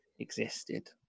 Existed